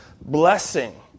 blessing